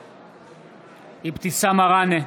בעד אבתיסאם מראענה,